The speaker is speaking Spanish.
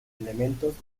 elementos